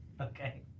okay